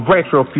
Retro